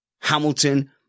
Hamilton